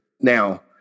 Now